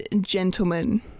gentlemen